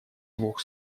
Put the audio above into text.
двух